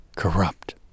corrupt